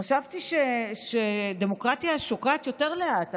חשבתי שדמוקרטיה שוקעת יותר לאט,